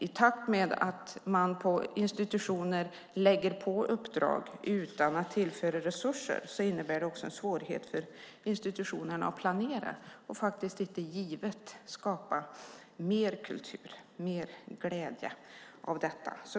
I takt med att man lägger uppdrag på institutioner utan att tillföra resurser innebär det också en svårighet för institutionerna att planera, och det är faktiskt inte givet att man skapar mer kultur och mer glädje av detta.